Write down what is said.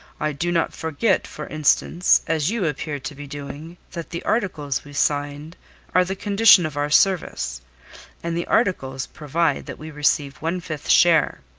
i do not forget, for instance, as you appear to be doing, that the articles we signed are the condition of our service and the articles provide that we receive one-fifth share.